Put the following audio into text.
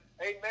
Amen